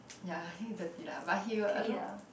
ya I think it's dirty la but he will I don't know